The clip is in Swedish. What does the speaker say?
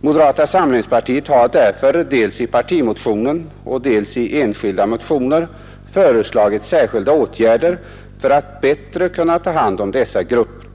Moderata samlingspartiet har därför dels i partimotionen, dels i enskilda motioner föreslagit särskilda åtgärder för att bättre kunna ta hand om dessa grupper.